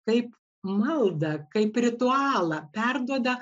kaip maldą kaip ritualą perduoda